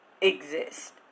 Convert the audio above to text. exist